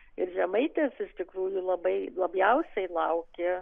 ir žemaitės iš tikrųjų labai labiausiai laukė